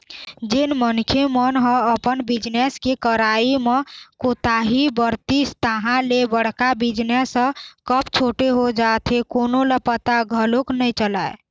जेन मनखे मन ह अपन बिजनेस के करई म कोताही बरतिस तहाँ ले बड़का बिजनेस ह कब छोटे हो जाथे कोनो ल पता घलोक नइ चलय